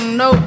no